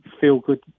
feel-good